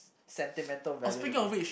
sentimental value to me